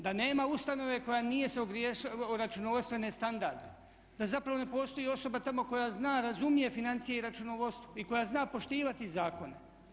Da nema ustanove koja nije se ogriješila o računovodstvene standarde, da zapravo ne postoji osoba tamo koja zna, razumije financije i računovodstvo i koja zna poštivati zakone.